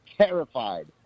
terrified